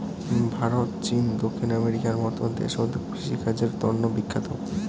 ভারত, চীন, দক্ষিণ আমেরিকার মত দেশত কৃষিকাজের তন্ন বিখ্যাত